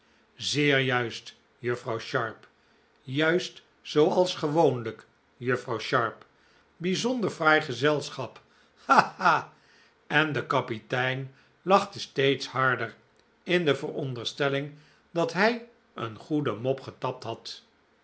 zeer juist juffrouw sharp juist zooals gewoonlijk juffrouw sharp bijzonder fraai gezelschap ha ha en de kapitein lachte steeds harder in de veronderstelling dat hij een goeie mop getapt had